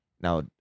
now